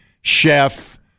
chef